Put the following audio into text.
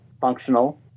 functional